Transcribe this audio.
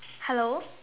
hello